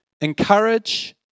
Encourage